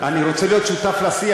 אני רוצה להיות שותף לשיח,